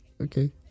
Okay